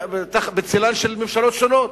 בצלן של ממשלות שונות,